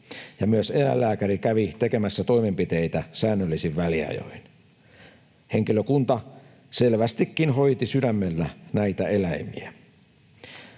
ja myös eläinlääkäri kävi tekemässä toimenpiteitä säännöllisin väliajoin. Henkilökunta selvästikin hoiti sydämellään näitä eläimiä.